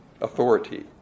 authority